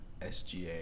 SGA